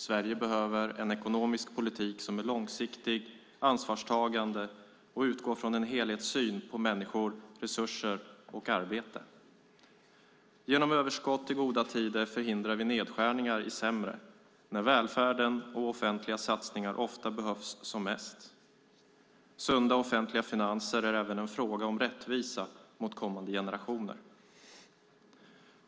Sverige behöver en ekonomisk politik som är långsiktig, ansvarstagande och utgår från en helhetssyn på människor, resurser och arbete. Genom överskott i goda tider förhindrar vi nedskärningar i sämre, när välfärden och offentliga satsningar ofta behövs som mest. Sunda offentliga finanser är även en fråga om rättvisa mot kommande generationer.